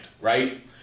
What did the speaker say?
right